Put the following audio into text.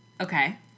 Okay